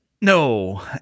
No